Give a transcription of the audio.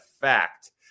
fact